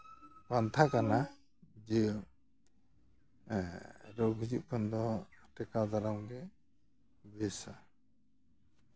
ᱯᱟᱱᱛᱷᱟ ᱠᱟᱱᱟ ᱡᱮ ᱨᱳᱜᱽ ᱦᱤᱡᱩᱜ ᱠᱟᱱ ᱫᱚ ᱴᱮᱸᱠᱟᱣ ᱫᱟᱨᱟᱢ ᱜᱮ ᱵᱮᱥᱼᱟ